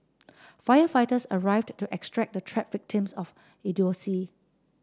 firefighters arrived to extract the trapped victims of idiocy